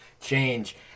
change